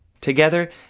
Together